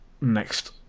next